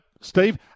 Steve